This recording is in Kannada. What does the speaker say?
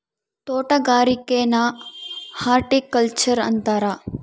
ತೊಟಗಾರಿಕೆನ ಹಾರ್ಟಿಕಲ್ಚರ್ ಅಂತಾರ